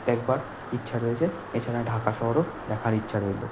দেখবার ইচ্ছা রয়েছে এছাড়া ঢাকা শহরও দেখার ইচ্ছা রইলো